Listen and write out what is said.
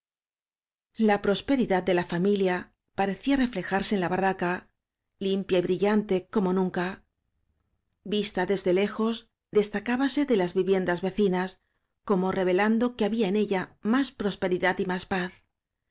la prosperidad de la familia parecía refle jarse en la barraca limpia y brillante como nunca vista de lejos destacábase de las viviendas vecinas como revelando que había en ella más prosperidad y más paz